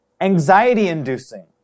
anxiety-inducing